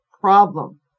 problem